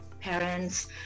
parents